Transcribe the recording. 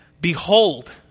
Behold